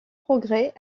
progrès